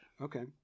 okay